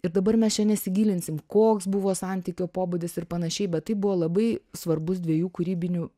ir dabar mes čia nesigilinsim koks buvo santykio pobūdis ir panašiai bet tai buvo labai svarbus dviejų kūrybinių